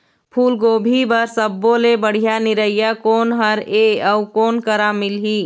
फूलगोभी बर सब्बो ले बढ़िया निरैया कोन हर ये अउ कोन करा मिलही?